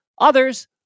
Others